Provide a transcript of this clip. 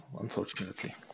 unfortunately